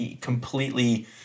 completely